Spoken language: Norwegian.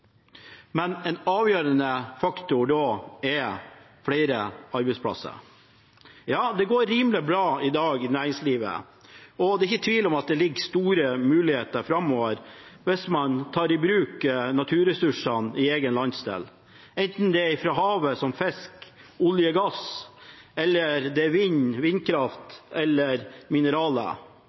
men en avgjørende faktor er flere arbeidsplasser. Ja, det går rimelig bra i næringslivet i dag, og det er ikke tvil om at det ligger store muligheter framover hvis man tar i bruk naturressursene i egen landsdel, enten det er fra havet, som fisk, olje og gass, eller det er vindkraft og mineraler.